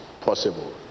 possible